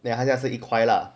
then 他现在是一块 lah